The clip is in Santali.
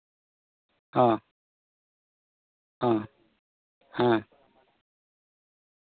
ᱦᱮᱸ ᱦᱮᱸ ᱦᱮᱸ